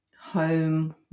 home